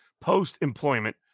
post-employment